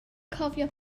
cofio